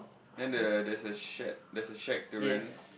then there's a shake durian